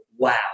Wow